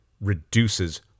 reduces